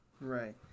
Right